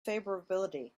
favorability